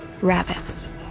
Rabbits